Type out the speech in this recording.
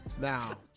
Now